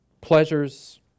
pleasures